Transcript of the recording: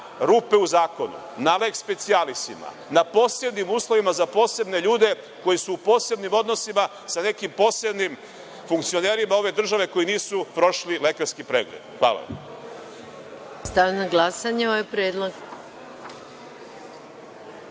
rupe u zakonu, na leks specialisima, na posebnim uslovima za posebne ljude koji su u posebnim odnosima sa nekim posebnim funkcionerima ove države koji nisu prošli lekarski pregled. Hvala. **Maja Gojković** Stavljam